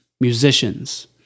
musicians